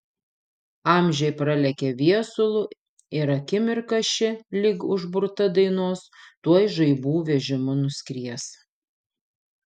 amžiai pralekia viesulu ir akimirka ši lyg užburta dainos tuoj žaibų vežimu nuskries